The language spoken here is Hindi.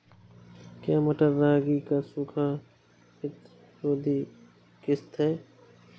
क्या मटर रागी की सूखा प्रतिरोध किश्त है?